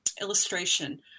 illustration